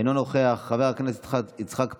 אינו נוכח, חבר הכנסת יצחק פינדרוס,